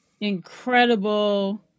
incredible